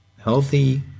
healthy